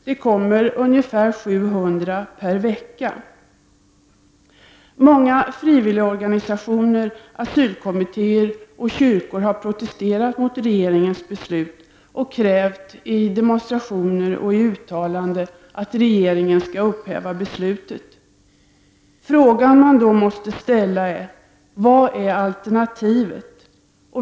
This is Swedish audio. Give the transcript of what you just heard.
Det kommer ungefär 700 personer per vecka. Många frivilligorganisationer, asylkommittéer och kyrkor har protesterat mot regeringens beslut och krävt i demonstrationer och i uttalanden att regeringen skall upphäva beslutet. Man frågar sig då: Vad är alternativet?